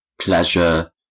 pleasure